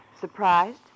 Surprised